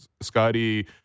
Scotty